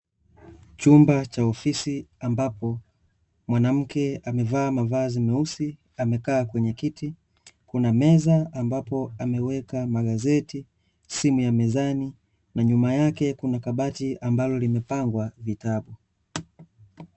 Chumba cha ofisi ambapo mwanamke amevaa mavazi meusi amekaa kwenye kiti, kuna meza ambapo ameweka magazeti, simu ya mezani na nyuma yake kuna kabati ambalo limepangwa vitabu .